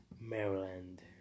Maryland